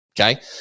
Okay